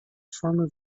former